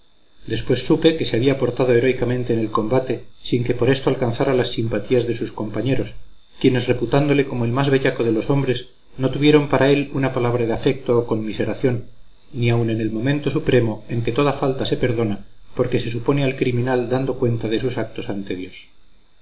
después supe que se había portado heroicamente en el combate sin que por esto alcanzara las simpatías de sus compañeros quienes reputándole como el más bellaco de los hombres no tuvieron para él una palabra de afecto o conmiseración ni aun en el momento supremo en que toda falta se perdona porque se supone al criminal dando cuenta de sus actos